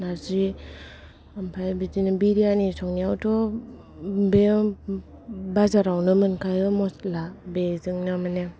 नारजि ओमफ्राय बिदिनो बिरियानि संनायावथ' बेव बाजारावनो मोनखायो मसला बेजोंनो माने